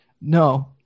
No